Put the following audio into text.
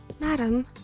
Madam